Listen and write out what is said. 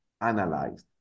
analyzed